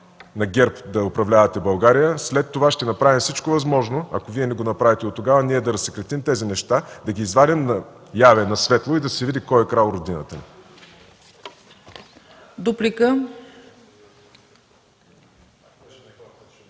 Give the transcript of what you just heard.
на ГЕРБ да управлявате България, след това ще направим всичко възможно, ако Вие не го направите дотогава, да разсекретим тези неща, да ги извадим наяве, на светло и да се види кой е крал родината ни.